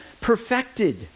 perfected